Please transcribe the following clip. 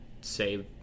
save